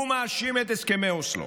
הוא מאשים את הסכמי אוסלו.